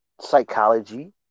psychology